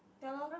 ya lor